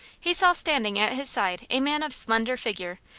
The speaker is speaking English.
he saw standing at his side a man of slender figure,